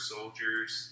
Soldiers